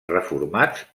reformats